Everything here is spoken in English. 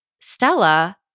Stella